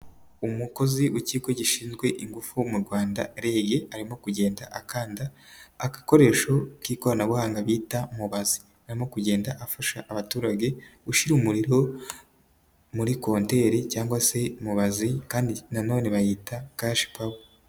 Umukozi w'ikigo gishinzwe ingufu mu Rwanda REG, arimo kugenda akanda agakoresho k'ikoranabuhanga bita mubazi, arimo kugenda afasha abaturage gushyirara umuriro muri konteri cyangwa se mubazi kandi nanone bayita kashi powa.